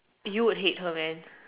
you would hate her man